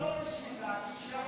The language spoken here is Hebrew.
לא, המחנ"צ לא השיב לה.